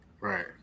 Right